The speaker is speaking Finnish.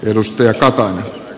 edustaja kaukaa